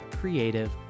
creative